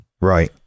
Right